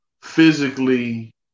physically